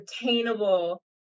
attainable